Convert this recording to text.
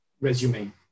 resume